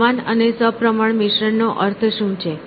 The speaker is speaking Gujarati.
સમાન અને સપ્રમાણ મિશ્રણ નો અર્થ શું છે